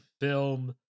film